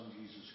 Jesus